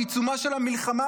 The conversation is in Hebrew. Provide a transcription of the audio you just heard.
בעיצומה של המלחמה,